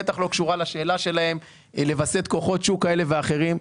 בטח לא קשורה לשאלה לווסת כוחות שוק כאלה ואחרים.